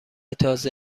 تازه